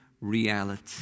reality